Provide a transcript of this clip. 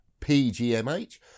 pgmh